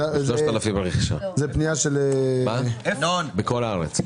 3,000. בכל הארץ.